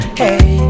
hey